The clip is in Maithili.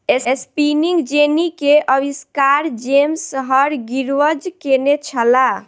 स्पिनिंग जेन्नी के आविष्कार जेम्स हर्ग्रीव्ज़ केने छला